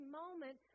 moment